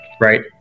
Right